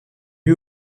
lui